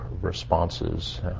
responses